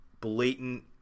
blatant